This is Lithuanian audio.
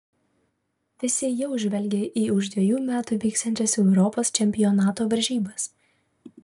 visi jau žvelgia į už dvejų metų vyksiančias europos čempionato varžybas